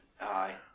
Aye